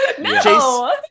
No